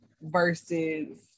versus